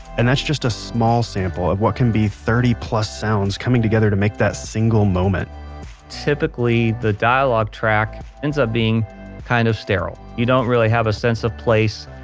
and that's just a small sample of what could be thirty plus sounds coming together to make that single moment typically the dialogue track ends up being kind of sterile. you don't really have a sense of place,